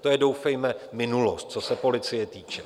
To je doufejme minulost, co se policie týče.